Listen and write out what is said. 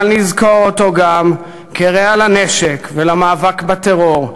אבל נזכור אותו גם כרע לנשק ולמאבק בטרור,